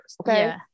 okay